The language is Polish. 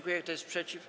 Kto jest przeciw?